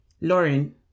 Lauren